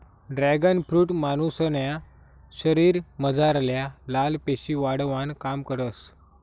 dragon fruit मानुसन्या शरीरमझारल्या लाल पेशी वाढावानं काम करस